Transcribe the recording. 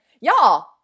Y'all